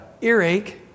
earache